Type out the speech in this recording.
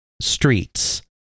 streets